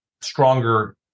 stronger